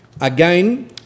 Again